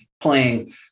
playing